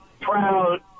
proud